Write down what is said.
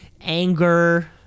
anger